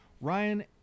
Ryan